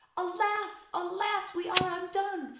alas! alas! we are undone,